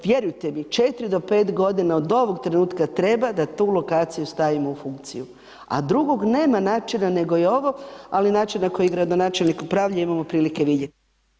Vjerujte mi 4 do 5 godina od ovog trenutka treba da tu lokaciju stavimo u funkciju, a drugom nema načina nego je ovo, ali način na koji gradonačelnik upravlja imamo prilike vidjeti.